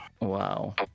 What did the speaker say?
wow